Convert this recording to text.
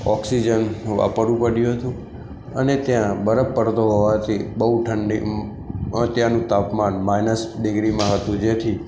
oxygen વાપરવુ પડ્યું હતું અને ત્યાં બરફ પડતો હોવાથી બહુ ઠંડી મ માં ત્યાનું તાપમાન માઈનસ ડીગ્રીમાં હતું જેથી